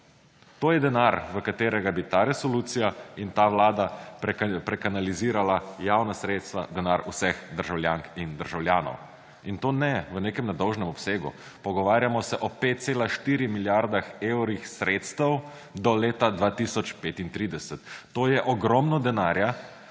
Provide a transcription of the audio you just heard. To je denar, v katerega bi ta resolucija in ta vlada prekanalizirala javna sredstva, denar vseh državljank in državljanov. In to ne v nekem nedolžnem obsegu, pogovarjamo se o 5,4 milijarde evrov sredstev do leta 2035. To je ogromno denarja.